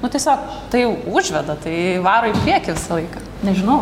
nu tiesiog tai jau užveda tai varo į priekį visą laiką nežinau